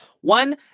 one